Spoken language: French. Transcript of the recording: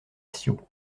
ciot